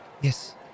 Yes